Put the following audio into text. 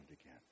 again